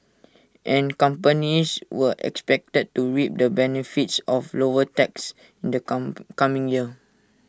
and companies were expected to reap the benefits of lower taxes in the come coming year